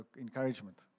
encouragement